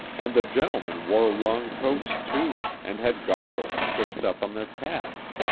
and the gentlemen wore long coats, too, and had goggles pushed up on their caps.